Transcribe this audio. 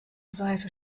seife